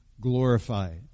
glorified